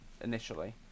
Initially